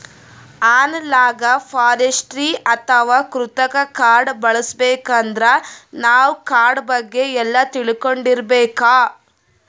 analogue forestry ಅಥವಾ ಕೃತಕ್ ಕಾಡ್ ಬೆಳಸಬೇಕಂದ್ರ ನಾವ್ ಕಾಡ್ ಬಗ್ಗೆ ಎಲ್ಲಾ ತಿಳ್ಕೊಂಡಿರ್ಬೇಕ್